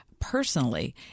personally